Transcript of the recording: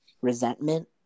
resentment